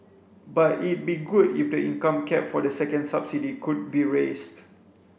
but it'd be good if the income cap for the second subsidy could be raised